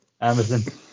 Amazon